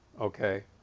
Okay